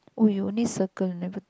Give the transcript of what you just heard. we only circle never tick